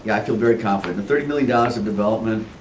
yeah i feel very confident. the thirty million dollars of development,